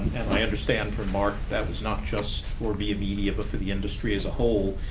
i understand from mark that was not just for viamedia, but for the industry as a whole,